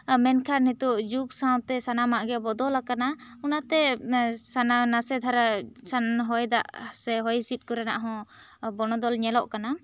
ᱢᱮᱱᱠᱷᱟᱱ ᱱᱤᱛᱚᱜ ᱡᱩᱜᱽ ᱥᱟᱶ ᱛᱮ ᱥᱟᱱᱟᱢᱟᱜ ᱜᱮ ᱵᱚᱫᱚᱞ ᱟᱠᱟᱱᱟ ᱚᱱᱟᱛᱮ ᱪᱷᱟᱱᱟᱣ ᱱᱟᱥᱮ ᱫᱷᱟᱨᱟ ᱦᱚᱭ ᱫᱟᱜ ᱥᱮ ᱦᱚᱭ ᱦᱤᱥᱤᱫ ᱠᱚᱨᱮᱱᱟᱜ ᱦᱚᱸ ᱵᱚᱱᱚᱫᱚᱞ ᱧᱮᱞᱚᱜ ᱠᱟᱱᱟ